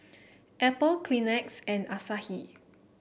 Apple Kleenex and Asahi